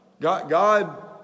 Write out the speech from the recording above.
God